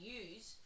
use